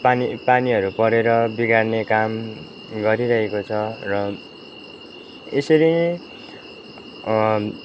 पानी पानीहरू परेर बिगार्ने काम गरिरहेको छ र यसरी नै